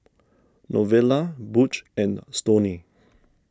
Novella Butch and Stoney